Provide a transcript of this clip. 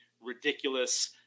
ridiculous